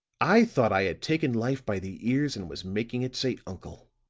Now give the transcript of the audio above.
i thought i had taken life by the ears and was making it say uncle.